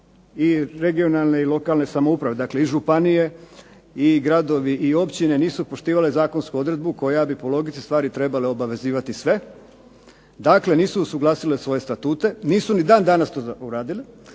i regionalne i lokalne samouprave, dakle i županije i gradovi i općine nisu poštivale zakonsku odredbu koja bi po logici stvari trebala obavezivati sve. Dakle nisu usuglasile svoje statute, nisu ni dan danas to uradile.